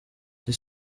kuba